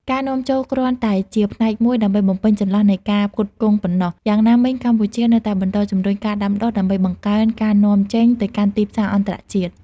ការនាំចូលគ្រាន់តែជាផ្នែកមួយដើម្បីបំពេញចន្លោះនៃការផ្គត់ផ្គង់ប៉ុណ្ណោះ យ៉ាងណាមិញកម្ពុជានៅតែបន្តជំរុញការដាំដុះដើម្បីបង្កើនការនាំចេញទៅកាន់ទីផ្សារអន្តរជាតិ។